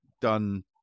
done